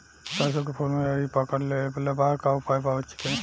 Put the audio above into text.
सरसों के फूल मे लाहि पकड़ ले ले बा का उपाय बा बचेके?